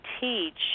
teach